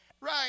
Right